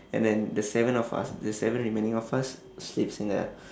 and then the seven of us the seven remaining of us sleeps in the